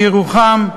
בירוחם,